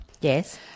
yes